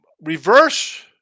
reverse